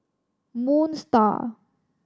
Moon Star